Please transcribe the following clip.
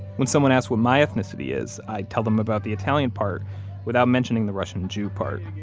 when someone asks what my ethnicity is, i tell them about the italian part without mentioning the russian jew part.